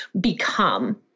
become